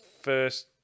first